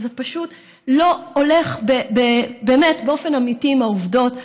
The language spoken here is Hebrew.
כי זה פשוט לא הולך באופן אמיתי עם העובדות.